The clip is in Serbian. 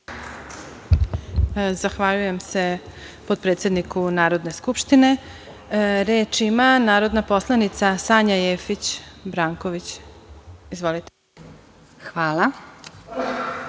Zahvaljujem se potpredsedniku Narodne skupštine. Reč ima narodna poslanica Sanja Jefić Branković. Izvolite. **Sanja